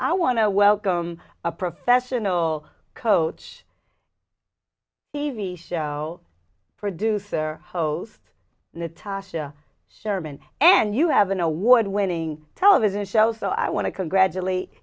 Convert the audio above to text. i want to welcome a professional coach t v show producer host natasha sherman and you have an award winning television show so i want to congratulate